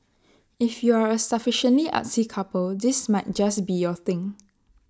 if you are A sufficiently artsy couple this might just be your thing